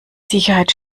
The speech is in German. sicherheit